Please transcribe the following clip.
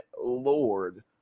lord